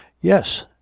Yes